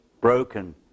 broken